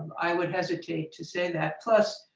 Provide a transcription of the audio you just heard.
i would hesitate to say that. plus,